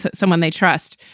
but someone they trust,